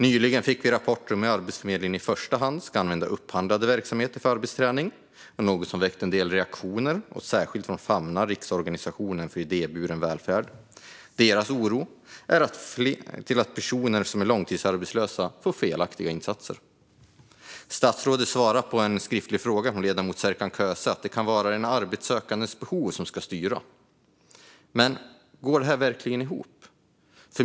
Nyligen fick vi rapporter om hur Arbetsförmedlingen i första hand ska använda upphandlade verksamheter för arbetsträning. Detta väckte en del reaktioner, särskilt från Famna, som är riksorganisationen för idéburen välfärd. Deras oro är att personer som är långtidsarbetslösa får felaktiga insatser. Statsrådet svarade på en skriftlig fråga från ledamoten Serkan Köse att det kan vara den arbetssökandes behov som ska styra, men går detta verkligen ihop?